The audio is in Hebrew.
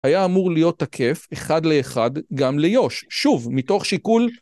היה אמור להיות תקף אחד לאחד גם ליו"ש, שוב מתוך שיקול.